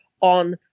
on